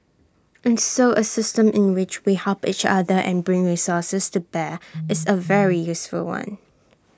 and so A system in which we help each other and bring resources to bear is A very useful one